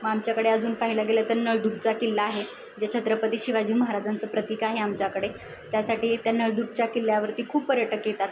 मग आमच्याकडे अजून पाहायला गेलं तर नळदुर्गचा किल्ला आहे जे छत्रपती शिवाजी महाराजांचं प्रतिक आहे आमच्याकडे त्यासाठी त्या नळदुर्गच्या किल्ल्यावरती खूप पर्यटक येतात